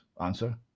Answer